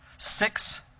Six